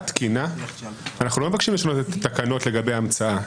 תקינה אנחנו לא מבקשים לשנות את התקנות לגבי המצאה.